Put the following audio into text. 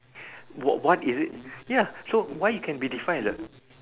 what is it ya so why you can be define as A